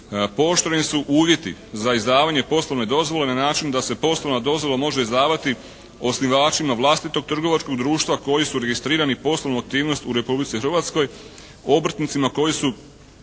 Pooštreni su uvjeti za izdavanje poslovne dozvole na način da se poslovna dozvola može izdavati osnivačima vlastitog trgovačkog društva koji su registrirani poslovnu aktivnost u Republici Hrvatskoj, obrtnicima koji su